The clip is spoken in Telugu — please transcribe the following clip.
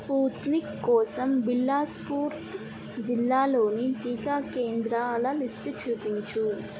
స్పుత్నిక్ కోసం బిలాస్పూర్ జిల్లాలోని టీకా కేంద్రాల లిస్టు చూపించు